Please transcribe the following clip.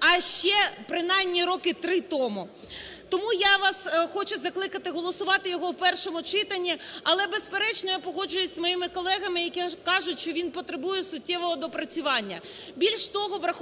а ще принаймні роки три тому. Тому я вас хочу закликати голосувати його в першому читанні. Але, безперечно, я погоджуюсь з моїми колегами, які кажуть, що він потребує суттєвого доопрацювання. Більше того, враховуючи,